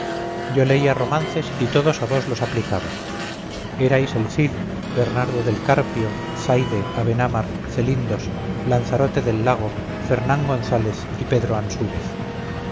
yo leía romances y todos a vos los aplicaba erais el cid bernardo del carpio zaide abenamar celindos lanzarote del lago fernán gonzález y pedro ansúrez